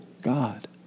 God